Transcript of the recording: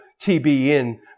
TBN